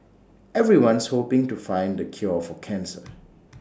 everyone's hoping to find the cure for cancer